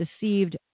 deceived